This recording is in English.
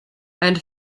and